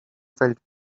felt